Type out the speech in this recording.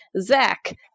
Zach